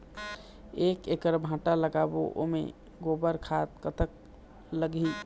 एक एकड़ भांटा लगाबो ओमे गोबर खाद कतक लगही?